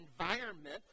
environment